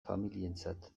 familientzat